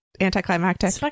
Anticlimactic